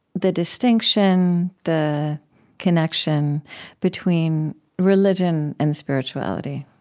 the distinction, the connection between religion and spirituality,